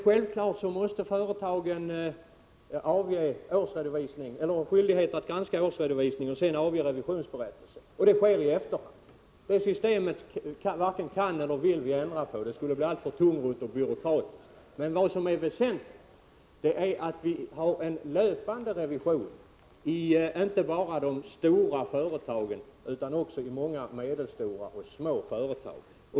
Självfallet har företagen en skyldighet att granska årsredovisningen och sedan avge revisionsberättelse, och det sker i efterhand. Detta system varken kan eller vill vi ändra på — det skulle bli alltför tungrott och byråkratiskt. Vad som är väsentligt är att man har en löpande revision inte bara i de stora företagen utan även i många medelstora och små företag.